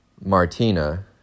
Martina